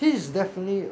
this is definitely